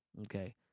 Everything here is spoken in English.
Okay